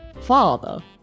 Father